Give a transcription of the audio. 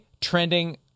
trending